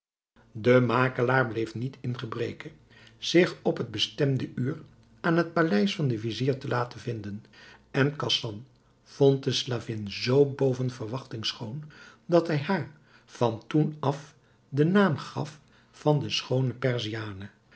de makelaar bleef niet in gebreke zich op het bestemde uur aan het paleis van den vizier te laten vinden en khasan vond de slavin zoo boven verwachting schoon dat hij haar van toen af den naam gaf van de schoone